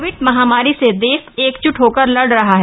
Covid महामारी से देश एकजुट होकर लड़ रहा है